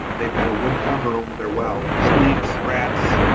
um they've got a wood cover over their well, snakes, rats,